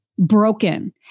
broken